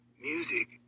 Music